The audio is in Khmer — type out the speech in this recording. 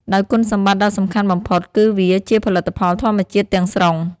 ដោយគុណសម្បត្តិដ៏សំខាន់បំផុតគឺវា ជាផលិតផលធម្មជាតិ ទាំងស្រុង។